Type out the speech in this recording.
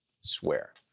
swear